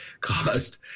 caused